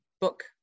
book